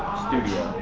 studio.